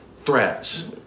threats